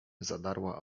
zadarła